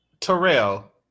Terrell